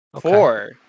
four